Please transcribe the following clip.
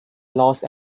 lost